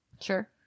Sure